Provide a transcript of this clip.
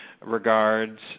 regards